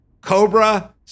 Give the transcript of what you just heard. Cobra